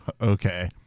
okay